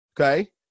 okay